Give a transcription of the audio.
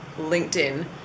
LinkedIn